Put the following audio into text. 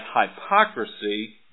hypocrisy